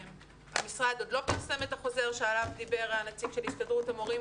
המשרד עוד לא פרסם את החוזר שעליו דיבר הנציג של הסתדרות המורים,